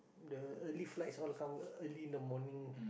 the early flights all come ear~ early in the morning